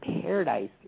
paradise